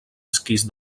esquís